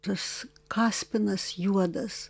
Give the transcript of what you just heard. tas kaspinas juodas